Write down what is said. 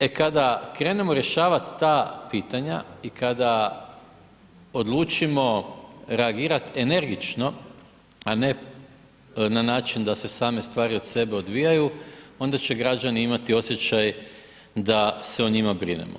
E kada krenemo rješavat ta pitanja i kada odlučimo reagirat energično, a ne na način da se same stvari od sebe odvijaju, onda će građani imati osjećaj da se o njima brinemo.